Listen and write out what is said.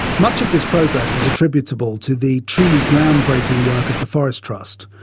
much of this progress is attributable to the truly groundbreaking work of the forest trust,